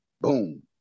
Boom